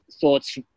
thoughts